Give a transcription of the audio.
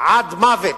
עד מוות,